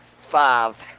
five